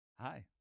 Hi